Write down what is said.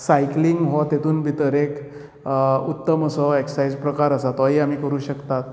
cycling हो तितूंत भितर एक उत्तम असो ऍक्सरसायज प्रकार आसा तोयी आमी करूंक शकतात